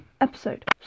episode